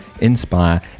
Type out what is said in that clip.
inspire